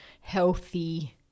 healthy